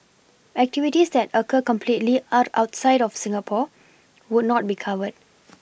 activities that occur completely out outside of Singapore would not be covered